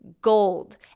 gold